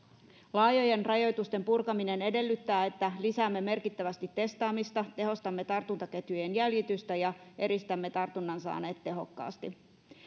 laajojen rajoitusten purkaminen edellyttää että lisäämme merkittävästi testaamista tehostamme tartuntaketjujen jäljitystä ja eristämme tartunnan saaneet tehokkaasti